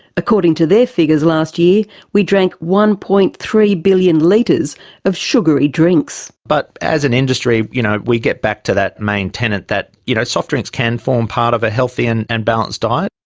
according to their figures, last year we drank one. three billion litres of sugary drinks. but as an industry you know we get back to that main tenant that, you know, soft drinks can form part of a healthy and and balanced diet.